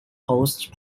coast